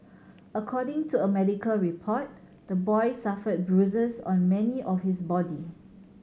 according to a medical report the boy suffered bruises on many of his body